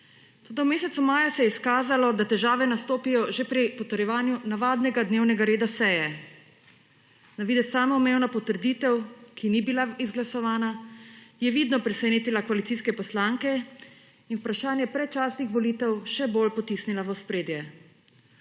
Toda v mesecu maju se je izkazalo, da težave nastopijo že pri potrjevanju navadnega dnevnega reda seje. Na videz samoumevna potrditev, ki ni bila izglasovana, je vidno presenetila koalicijske poslance in vprašanje predčasnih volitev še bolj potisnila v ospredje.